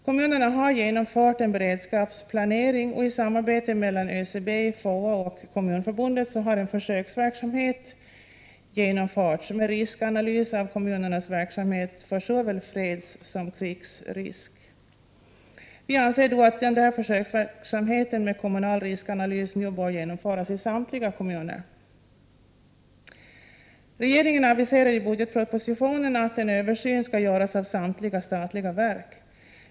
Kommunerna har genomfört en beredskapsplanering, och i samarbete mellan ÖCB, FOA och Kommunförbundet har en försöksverksamhet genomförts med riskanalys av kommunernas verksamhet för såväl fredssom krigsrisk. Vi anser att försöksverksamheten med kommunal riskanalys nu bör genomföras i samtliga kommuner. Regeringen aviserar i budgetpropositionen att en översyn skall göras av samtliga statliga verk.